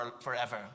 forever